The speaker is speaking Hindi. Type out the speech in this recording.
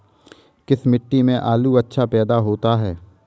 किस मिट्टी में आलू अच्छा पैदा होता है?